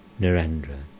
Narendra